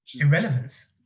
Irrelevance